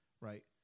right